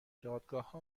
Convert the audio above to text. دادگاهها